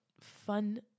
fun